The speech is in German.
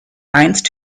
einst